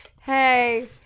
hey